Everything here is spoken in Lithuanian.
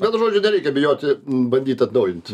vienu žodžiu nereikia bijoti bandyt atnaujint